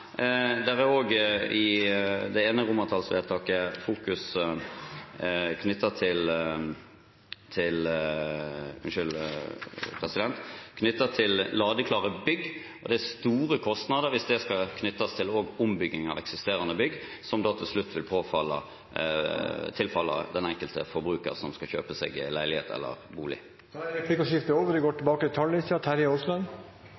I det ene forslaget til romertallsvedtak fokuseres det på ladeklare bygg, og det er store kostnader forbundet med det hvis det også skal innebære ombygging av eksisterende bygg, kostnader som da til slutt vil tilfalle den enkelte forbruker som skal kjøpe seg en leilighet eller en bolig. Replikkordskiftet er